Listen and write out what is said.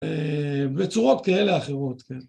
בצורות כאלה אחרות, כן.